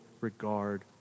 regard